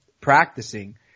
practicing